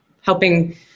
helping